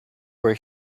were